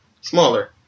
smaller